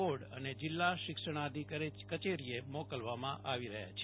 board અને જિલ્લા શિક્ષણાધિકારી કચેરીએ મોકલવામા આવી રહ્યા છે